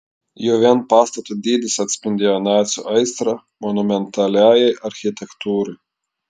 jau vien pastato dydis atspindėjo nacių aistrą monumentaliajai architektūrai